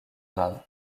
grave